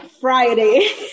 Friday